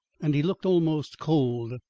and he looked almost cold.